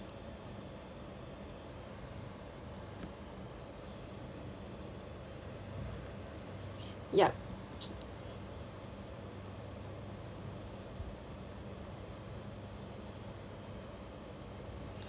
yup